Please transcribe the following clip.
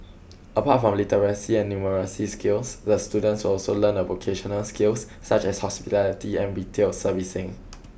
apart from literacy and numeracy skills the students will also learn a vocational skills such as hospitality and retail servicing